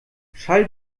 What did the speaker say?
schall